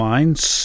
Minds